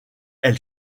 elle